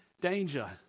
danger